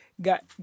got